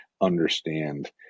understand